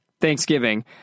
Thanksgiving